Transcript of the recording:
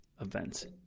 events